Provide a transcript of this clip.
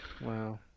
Wow